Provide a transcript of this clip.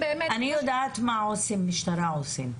אני יודעת מה עושים עו"סי המשטרה.